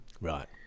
Right